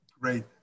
Great